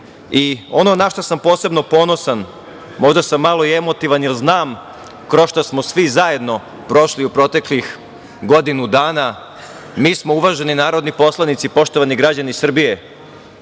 na šta sam posebno ponosan, možda sam malo i emotivan, jer znam kroz šta smo svi zajedno prošli u proteklih godinu dana, mi smo, uvaženi narodni poslanici, poštovani građani Srbije,